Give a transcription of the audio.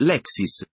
Lexis